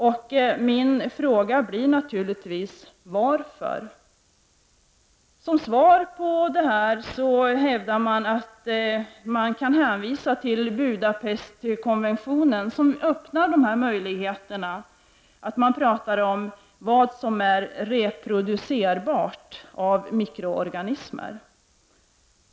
Jag undrar naturligtvis varför. Som svar på frågan hävdas att det går att hänvisa till Budapestkonventionen, som öppnar möjligheterna att tala om vad som är reproducerbart av mikroorganismer.